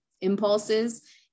impulses